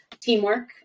teamwork